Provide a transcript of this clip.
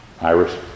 Iris